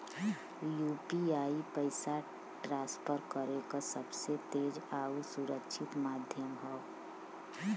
UPI पइसा transfer करे क सबसे तेज आउर सुरक्षित माध्यम हौ